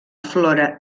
flora